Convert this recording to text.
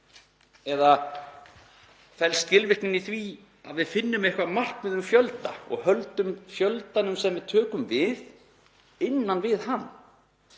Eða felst skilvirknin í því að við finnum eitthvert markmið um fjölda og höldum fjöldanum sem við tökum við innan við það,